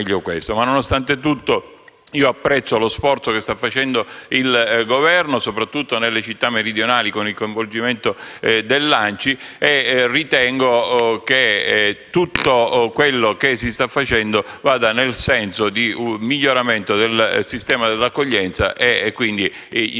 Nonostante ciò, apprezzo lo sforzo che sta facendo il Governo soprattutto nelle città meridionali con il coinvolgimento dell'ANCI. E ritengo che tutto quello che si sta realizzando vada verso un miglioramento del sistema dell'accoglienza. Come italiani